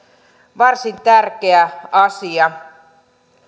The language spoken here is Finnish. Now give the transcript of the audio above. varsin tärkeä asia